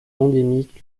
endémique